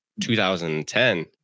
2010